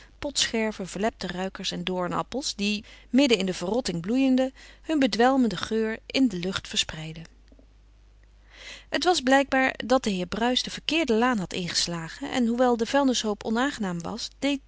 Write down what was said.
potscherven verlepte ruikers en doornappels die midden in de verrotting bloeiende hun bedwelmenden geur in de lucht verspreidden het was blijkbaar dat de heer bruis de verkeerde laan had ingeslagen en hoewel de vuilnishoop onaangenaam was